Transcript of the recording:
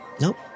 Nope